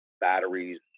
batteries